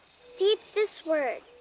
see, it's this word.